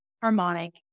harmonic